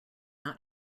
not